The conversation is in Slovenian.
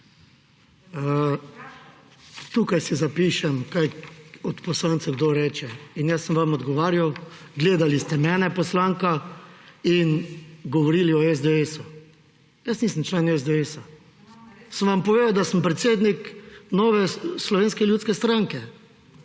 Tukaj si zapišem, kaj od poslancev kdo reče. In sem vam odgovarjal. Gledali ste mene, poslanka, in govorili o SDS. Jaz nisem član SDS. Sem vam povedal, da sem predsednik Nove slovenske ljudske stranke.